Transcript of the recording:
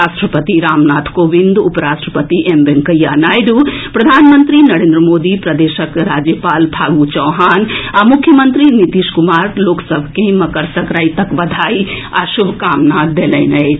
राष्ट्रपति रामनाथ कोविंद उपराष्ट्रपति एम वेंकैया नायडु प्रधानमंत्री नरेन्द्र मोदी प्रदेशक राज्यपाल फागु चौहान आ मुख्यमंत्री नीतीश कुमार लोक सभ के मकर संकरातिक बधाई आ शुभकामना देलनि अछि